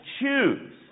choose